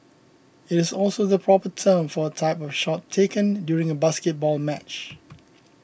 it is also the proper term for a type of shot taken during a basketball match